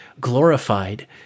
glorified